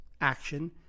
action